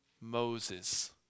Moses